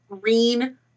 green